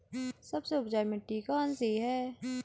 सबसे उपजाऊ मिट्टी कौन सी है?